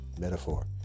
metaphor